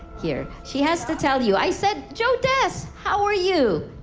here, she has to tell you, i said, jodez, how are you?